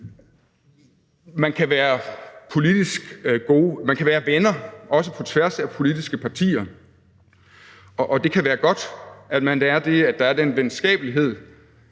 Jeg er helt med på, at man kan være venner, også på tværs af politiske partier, og det kan være godt, at der er den venskabelighed,